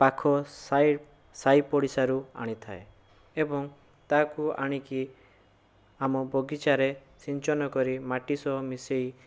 ପାଖ ସାହି ସାହି ପଡ଼ିଶାରୁ ଆଣିଥାଏ ଏବଂ ତାହାକୁ ଆଣିକି ଆମ ବଗିଚାରେ ସିଞ୍ଚନ କରି ମାଟିସହ ମିଶେଇ